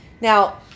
Now